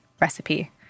recipe